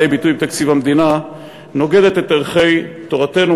ביטוי בתקציב המדינה נוגדת את ערכי תורתנו,